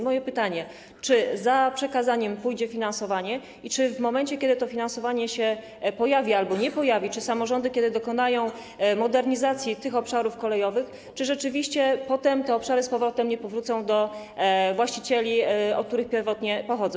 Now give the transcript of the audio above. Moje pytanie: Czy za przekazaniem pójdzie finansowanie i czy w momencie kiedy to finansowanie się pojawi albo nie pojawi i kiedy samorządy dokonają modernizacji tych obszarów kolejowych, rzeczywiście potem te obszary nie powrócą do właścicieli, od których pierwotnie pochodzą?